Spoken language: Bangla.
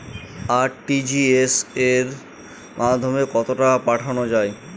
আর.টি.জি.এস এর মাধ্যমে কত টাকা পাঠানো যায়?